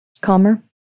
Calmer